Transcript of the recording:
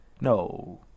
No